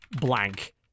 Blank